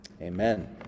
Amen